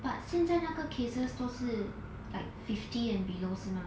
but 现在那个 cases 都是 like fifty and below 是吗